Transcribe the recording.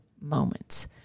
moments